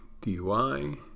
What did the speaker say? DUI